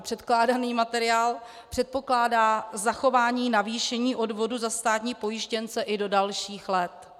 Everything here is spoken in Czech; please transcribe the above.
Předkládaný materiál předpokládá zachování navýšení odvodu za státní pojištěnce i do dalších let.